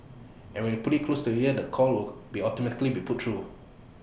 and when you put IT close to your ear the call will be automatically be put through